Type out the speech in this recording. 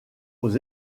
aux